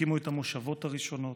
שהקימו את המושבות הראשונות,